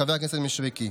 חבר הכנסת מישרקי.